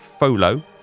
Folo